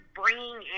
bringing